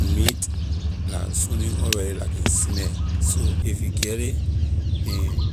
Meat la something already la can smell so if you get ley and